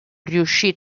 riuscì